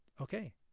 okay